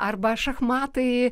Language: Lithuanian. arba šachmatai